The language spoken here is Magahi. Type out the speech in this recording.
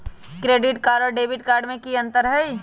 क्रेडिट कार्ड और डेबिट कार्ड में की अंतर हई?